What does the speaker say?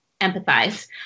empathize